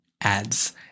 ads